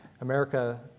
America